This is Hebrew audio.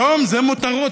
היום זה מותרות.